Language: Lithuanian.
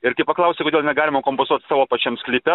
ir kai paklausiu kodėl negalima kompostuot savo pačiam sklype